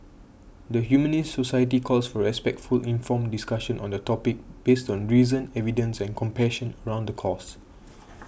the Humanist Society calls for respectful informed discussion on the topic based on reason evidence and compassion around the cause